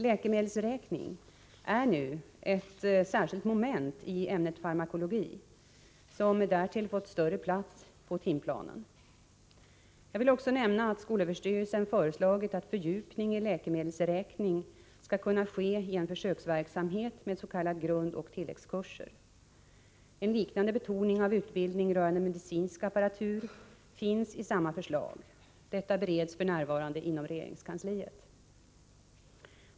Läkemedelsräkning är nu ett särskilt moment i ämnet farmakologi, som därtill fått större plats på timplanen. Jag vill också nämna att skolöverstyrelsen föreslagit att fördjupning i läkemedelsräkning skall kunna ske i en försöksverksamhet med s.k. grundoch tilläggskurser. En liknande betoning av utbildning rörande medicinsk apparatur finns i samma förslag. Detta bereds f. n. inom regeringskansliet.